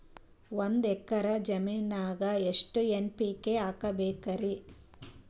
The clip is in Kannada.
ಒಂದ್ ಎಕ್ಕರ ಜಮೀನಗ ಎಷ್ಟು ಎನ್.ಪಿ.ಕೆ ಹಾಕಬೇಕರಿ?